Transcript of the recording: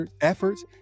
efforts